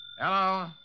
Hello